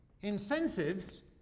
incentives